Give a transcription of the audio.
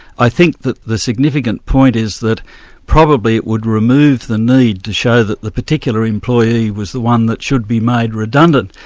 i think that the significant point is that probably it would remove the need to show that the particular employee was the one that should be made redundant,